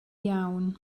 iawn